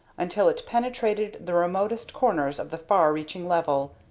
until it penetrated the remotest corners of the far-reaching level.